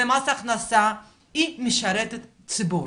במס הכנסה היא משרתת את הציבור,